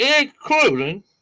including